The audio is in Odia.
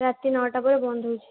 ରାତି ନଅଟା ପରେ ବନ୍ଦ ହେଉଛି